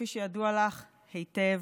כפי שידוע לך היטב,